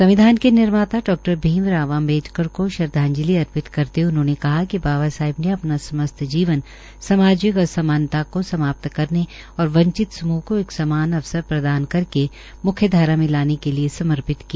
संविधान के निर्माता डा॰ भीमराव अम्बेडकर को श्रद्धांजलि अर्पित करते हुए उन्होंने कहा कि बाबा साहेब ने अपना समस्त जीवन सामाजिक असमानता को समाप्त करने और वंचित समूह को एक समान अवसर प्रदान करके मुख्य धारा में लाने के लिए समर्पित किया